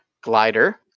Glider